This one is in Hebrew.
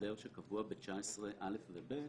בהסדר שקבוע ב-19(א) וב-19(ב).